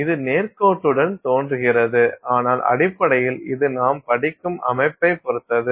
இது நேர்கோட்டுடன் தோன்றுகிறது ஆனால் அடிப்படையில் இது நாம் படிக்கும் அமைப்பைப் பொறுத்தது